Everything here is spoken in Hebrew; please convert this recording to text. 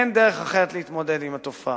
אין דרך אחרת להתמודד עם התופעה.